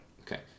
okay